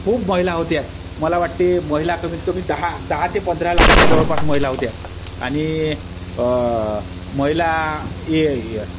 खूप महिला होत्या मला वाटते महिला कमीतकमी दहा दहा ते पंधरा लाखाच्या जवळपास महिला होत्या आणि महिला ए य